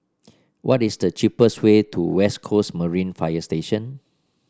what is the cheapest way to West Coast Marine Fire Station